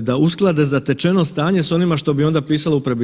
da usklade zatečeno stanje s onima što bi onda pisalo u prebivalištu.